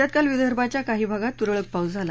राज्यात काल विदर्भाच्या काही भागात तूरळक पाऊस पडला